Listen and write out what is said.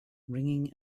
ringing